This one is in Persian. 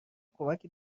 کمکی